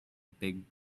big